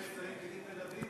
דין נצרים כדין תל-אביב,